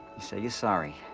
say you're sorry,